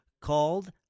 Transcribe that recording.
called